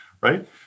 Right